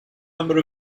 number